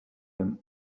him